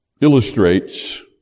illustrates